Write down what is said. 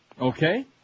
Okay